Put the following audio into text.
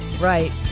Right